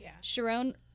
Sharon